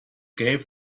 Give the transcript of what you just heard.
gave